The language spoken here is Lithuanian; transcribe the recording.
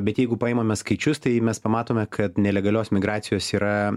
bet jeigu paimame skaičius tai mes pamatome kad nelegalios migracijos yra